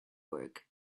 work